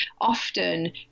often